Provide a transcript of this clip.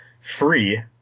Free